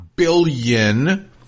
billion